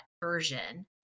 version